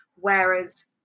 Whereas